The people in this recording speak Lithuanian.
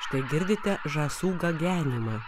štai girdite žąsų gagenimą